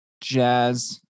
jazz